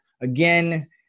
Again